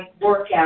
workout